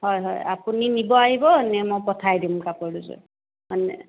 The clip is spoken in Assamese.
হয় হয় আপুনি নিব আহিব নে মই পঠাই দিম কাপোৰ দুযোৰ